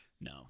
No